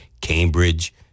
Cambridge